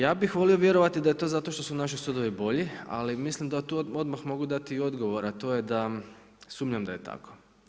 Ja bih volio vjerovati da je to zato što su naši sudovi bolji, ali mislim da tu odmah mogu dati i odgovor, a to je da sumnjam da je tako.